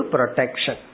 Protection